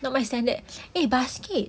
not my standard eh basket